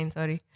Sorry